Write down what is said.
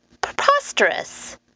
Preposterous